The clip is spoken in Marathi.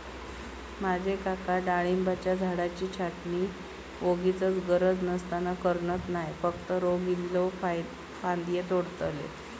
माझे काका डाळिंबाच्या झाडाची छाटणी वोगीचच गरज नसताना करणत नाय, फक्त रोग इल्लले फांदये तोडतत